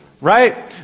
Right